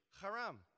haram